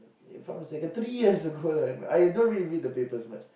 from secondary three years ago lah I don't really read the papers much